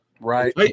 Right